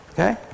Okay